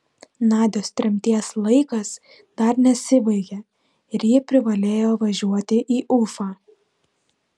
nadios tremties laikas dar nesibaigė ir ji privalėjo važiuoti į ufą